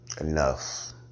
enough